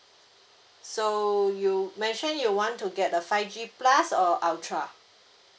so you mentioned you want to get the five G plus or ultra